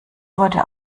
wurde